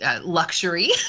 luxury